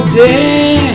day